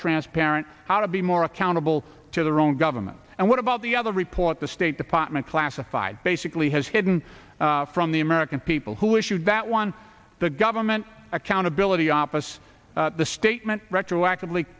transparent how to be more accountable to their own government and what about the other report the state department classified basically has hidden from the american people who issued that one the government accountability office the statement retroactive